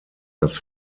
das